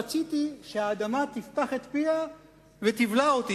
רציתי שהאדמה תפתח את פיה ותבלע אותי.